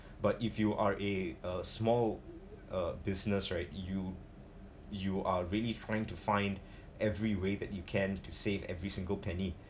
but if you are a a small uh business right you you are really trying to find every way that you can to save every single penny